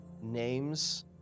Names